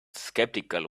skeptical